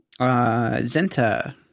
Zenta